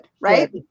right